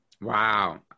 Wow